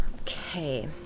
okay